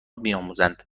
بیاموزند